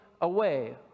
away